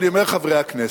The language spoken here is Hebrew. ואני אומר לחברי הכנסת,